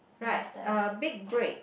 right uh big break